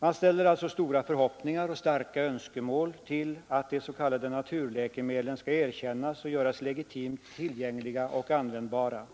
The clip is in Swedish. Man hyser alltså stora förhoppningar och starka önskemål om att de s.k. naturläkemedlen skall erkännas och göras legitimt tillgängliga och användbara.